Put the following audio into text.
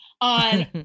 on